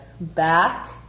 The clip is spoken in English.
back